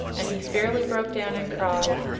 and he fairly broke down and cried.